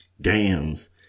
dams